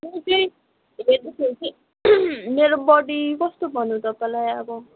म चाहिँ हेर्दाखेरि चाहिँ मेरो बडी कस्तो भन्नु तपाईँलाई अब